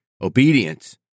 obedience